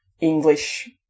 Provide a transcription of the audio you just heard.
English